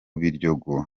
biryogo